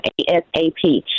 ASAP